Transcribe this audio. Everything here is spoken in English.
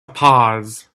pause